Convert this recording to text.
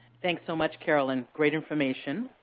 thanks so much, carolyn. great information.